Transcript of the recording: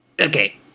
okay